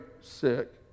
sick